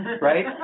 right